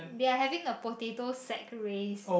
they are having a potato sack race